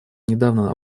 недавно